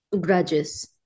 grudges